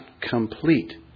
complete